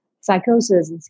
psychosis